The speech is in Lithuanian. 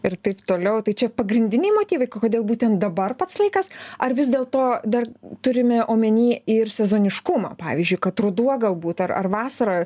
ir taip toliau tai čia pagrindiniai motyvai kodėl būtent dabar pats laikas ar vis dėl to dar turime omeny ir sezoniškumą pavyzdžiui kad ruduo galbūt ar ar vasara